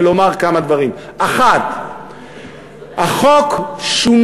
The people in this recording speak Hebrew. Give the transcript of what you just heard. ואני רוצה לומר כמה דברים: 1. החוק שונה.